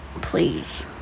Please